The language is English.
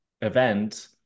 event